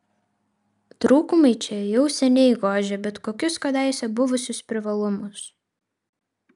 trūkumai čia jau seniai gožia bet kokius kadaise buvusius privalumus